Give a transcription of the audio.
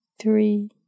three